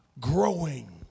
growing